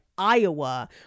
Iowa